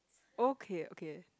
okay okay